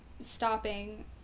stopping